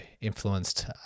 influenced